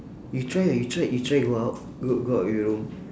you try you try you try go out go go out your room